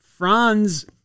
Franz